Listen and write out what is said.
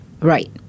Right